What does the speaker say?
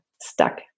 stuck